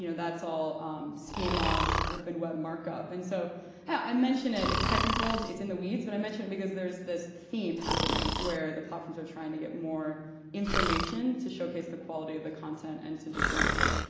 you know that's all schema, open web markup. and so yeah i mention it. it's technical. it's it's in the weeds. but i mention it because there's this theme happening where the platforms are trying to get more information to showcase the quality of the content and to distinguish it.